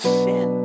sin